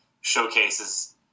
showcases